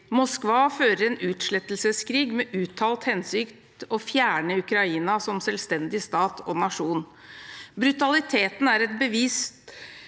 Moskva fører en utslettelseskrig med uttalt hensikt å fjerne Ukraina som selvstendig stat og nasjon. Brutaliteten er et bevisst